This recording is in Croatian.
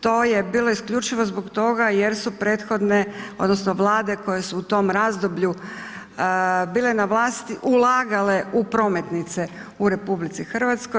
To je bilo isključivo zbog toga jer su prethodne, odnosno Vlade koje su u tom razdoblju bile na vlasti ulagale u prometnice u RH.